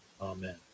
Amen